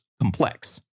complex